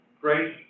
great